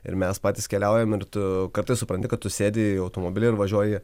ir mes patys keliaujam ir tu kartais supranti kad tu sėdi automobilyje ir važiuoji